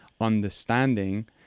understanding